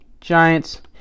Giants